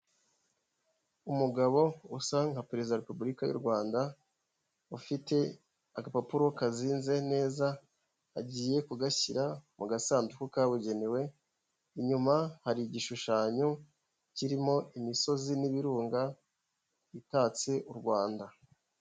Umugabo usa nka perezida wa Repubulika y'u Rwanda, ufite agapapuro kazinze neza, agiye kugashyira mu gasanduku kabugenewe, inyuma hari igishushanyo kirimo imisozi n'ibirunga, itatse u Rwanda.